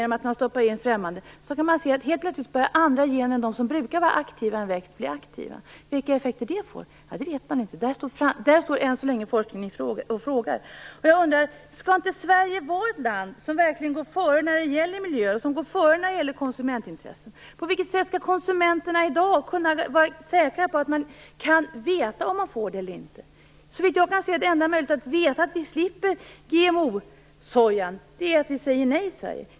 Genom att stoppa in främmande gener kan man se att andra gener än de som brukar vara aktiva i en växt helt plötsligt börjar bli aktiva. Vilka effekter det får vet man inte. Där står än så länge forskningen frågande. Jag undrar: Skall inte Sverige vara ett land som verkligen går före när det gäller miljö och som går före när det gäller konsumentintressen? På vilket sätt skall konsumenterna i dag kunna vara säkra på att man vet om man får detta eller inte? Såvitt jag kan se är enda möjligheten att veta att vi slipper GMO-sojan att vi säger nej i Sverige.